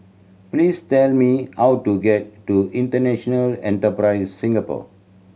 please tell me how to get to International Enterprise Singapore